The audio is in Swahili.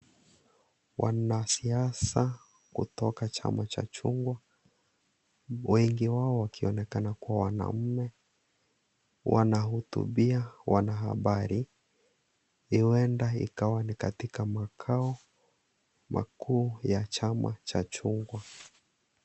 Wanasiasa kutoka chama cha chungwa, wengi wao wakionekana kuwa wanaume wanahotubia wanahabari huenda ikawa ni katika makao makuu ya chama cha chungwa.